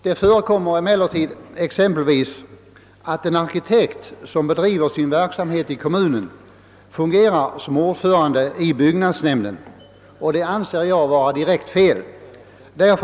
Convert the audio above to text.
Det förekommer t.ex. att en arkitekt som bedriver verksamhet i kommunen fungerar som ordförande i byggnadsnämnden, vilket jag anser vara direkt felaktigt.